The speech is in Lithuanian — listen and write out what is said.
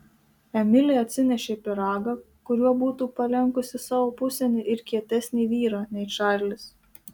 emilė atsinešė pyragą kuriuo būtų palenkusi savo pusėn ir kietesnį vyrą nei čarlis